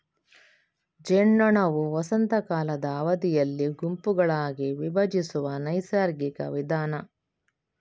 ಜೇನ್ನೊಣವು ವಸಂತ ಕಾಲದ ಅವಧಿಯಲ್ಲಿ ಗುಂಪುಗಳಾಗಿ ವಿಭಜಿಸುವ ನೈಸರ್ಗಿಕ ವಿಧಾನ